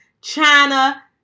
China